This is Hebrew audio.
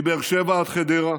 מבאר שבע ועד חדרה,